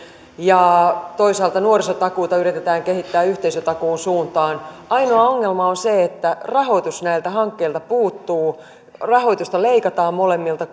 ja toisaalta nuorisotakuuta yritetään kehittää yhteisötakuun suuntaan ainoa ongelma on se että rahoitus näiltä hankkeilta puuttuu rahoitusta leikataan molemmilta